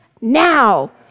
now